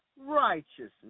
righteousness